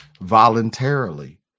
voluntarily